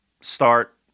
Start